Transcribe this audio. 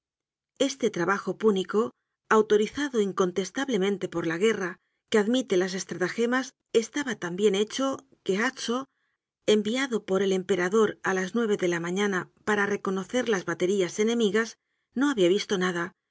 este trabajo púnico autorizado incontestablemente por la guerra que admite las estratagemas estaba tan bien hecho que haxo enviado por el emperador á las nueve de la mañana para reconocer las baterías enemigas no habia visto nada